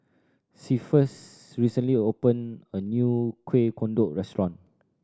Cephus recently opened a new Kueh Kodok restaurant